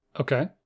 Okay